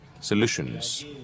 solutions